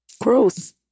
Growth